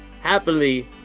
happily